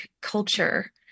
culture